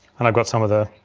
and i've got some of the,